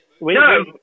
No